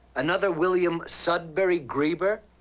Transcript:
another william sudbury greeber?